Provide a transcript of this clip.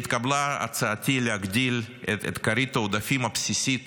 התקבלה הצעתי להגדיל את כרית העודפים הבסיסית